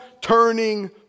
turning